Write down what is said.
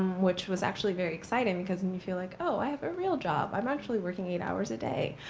which was actually very exciting, because then you feel like, oh, i have a real job. i'm actually working eight hours a day.